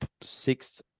sixth